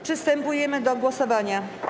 Przystępujemy do głosowania.